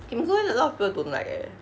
kim go eun a lot of people don't like eh